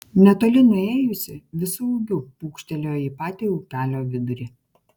netoli nuėjusi visu ūgiu pūkštelėjo į patį upelio vidurį